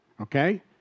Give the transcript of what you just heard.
Okay